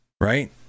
right